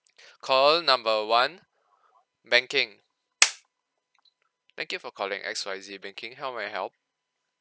call number one banking thank you for calling X Y Z banking how may I help